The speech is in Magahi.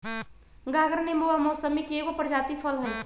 गागर नेबो आ मौसमिके एगो प्रजाति फल हइ